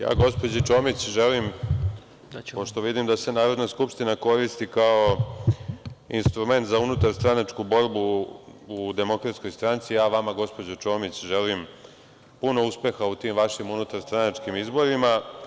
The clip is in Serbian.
Ja gospođi Čomić želim, pošto vidim da se Narodna skupština koristi kao instrument za unutarstranačku borbu u DS, ja vama gospođo Čomić želim puno uspeha u tim vašim unutarstranačkim izborima.